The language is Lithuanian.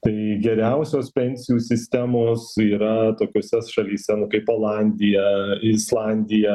tai geriausios pensijų sistemos yra tokiose šalyse nu kaip olandija islandija